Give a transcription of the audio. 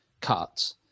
cut